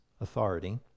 authority